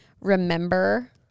remember